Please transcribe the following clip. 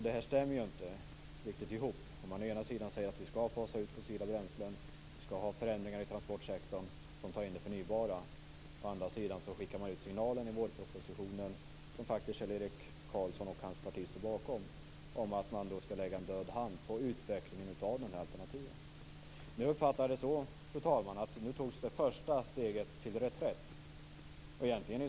Det går inte riktigt ihop när man å ena sidan säger att vi skall fasa ut fossila bränslen och göra förändringar inom transportsektorn så att förnybara bränslen kommer in, å andra sidan i vårpropositionen - som faktiskt Kjell-Erik Karlsson och hans parti står bakom - lägger en död hand på utvecklingen av de alternativen. Jag uppfattade det så, fru talman, att det första steget till reträtt nu togs.